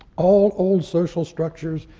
all old social structures,